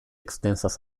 extensas